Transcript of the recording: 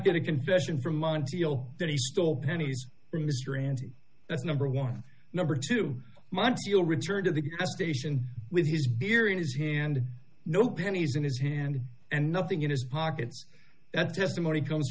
get a confession from montreal that he stole pennies from mr ramsey that's number one number two months he'll return to the gas station with his beer in his hand no pennies in his hand and nothing in his pockets that testimony comes